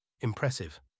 Impressive